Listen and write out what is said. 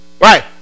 Right